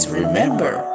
remember